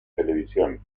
televisión